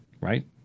Right